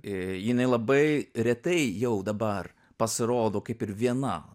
jinai labai retai jau dabar pasirodo kaip ir viena